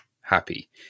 happy